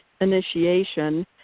initiation